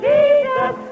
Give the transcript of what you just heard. Jesus